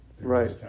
Right